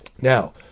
Now